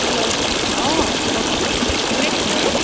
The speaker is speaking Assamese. হেল্ল' অঁ কওকচোন কোনে কৈছে বাৰু